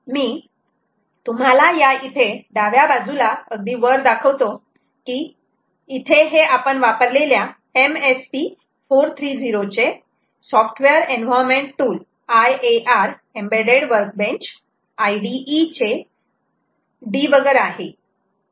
मी तुम्हाला या इथे डाव्या बाजूला अगदी वर दाखवतो की इथे हे आपण वापरलेल्या MSB 430 चे software environment tool IAR embedded workbench IDE चे डिबग्गर आहे